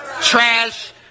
Trash